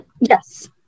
Yes